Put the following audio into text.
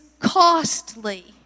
costly